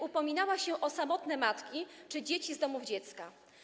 upominała się o samotne matki czy dzieci z domów dziecka.